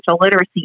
literacy